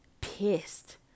pissed